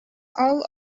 all